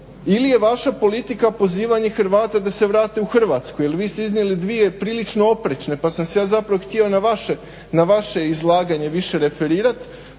ili je vaša politika pozivanje Hrvata da se vrate u Hrvatsku? Jer vi ste iznijeli dvije prilično oprečne pa sam se ja zapravo htio na vaše izlaganje više referirat,